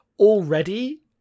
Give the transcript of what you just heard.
already